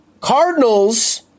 Cardinals